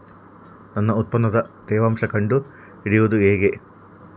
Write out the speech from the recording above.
ನನ್ನ ಉತ್ಪನ್ನದ ತೇವಾಂಶ ಕಂಡು ಹಿಡಿಯುವುದು ಹೇಗೆ?